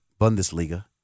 Bundesliga